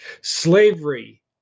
Slavery